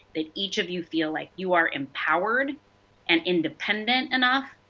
that each of you feel like you are empowered and independent enough,